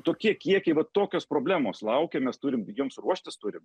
tokie kiekiai va tokios problemos laukia mes turim joms ruoštis turim